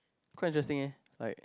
quite interesting leh like